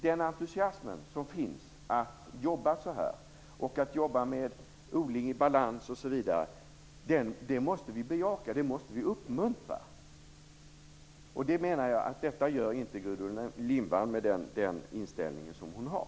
Den entusiasm som finns för att jobba så här, för att jobba med odling i balans osv., måste vi bejaka och uppmuntra. Det gör inte Gudrun Lindvall, menar jag, med den inställning hon har.